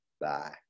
Bye